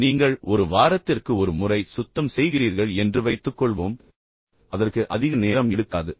பின்னர் நீங்கள் சுத்தம் செய்ய வேண்டும் நீங்கள் ஒரு வாரத்திற்கு ஒரு முறை சுத்தம் செய்கிறீர்கள் என்று வைத்துக்கொள்வோம் அதற்கு அதிக நேரம் எடுக்காது